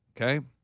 Okay